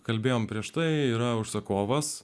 kalbėjome prieš tai yra užsakovas